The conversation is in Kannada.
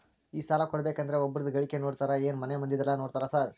ಈ ಸಾಲ ಕೊಡ್ಬೇಕಂದ್ರೆ ಒಬ್ರದ ಗಳಿಕೆ ನೋಡ್ತೇರಾ ಏನ್ ಮನೆ ಮಂದಿದೆಲ್ಲ ನೋಡ್ತೇರಾ ಸಾರ್?